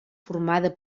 formada